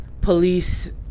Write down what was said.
police